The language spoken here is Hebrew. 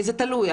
זה תלוי.